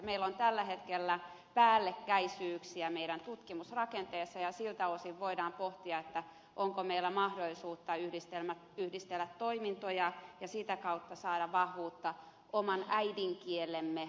meillä on tällä hetkellä päällekkäisyyksiä meidän tutkimusrakenteessamme ja siltä osin voidaan pohtia että onko meillä mahdollisuutta yhdistellä toimintoja ja sitä kautta saada vahvuutta oman äidinkielemme asemaan